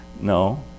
No